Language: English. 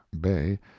Bay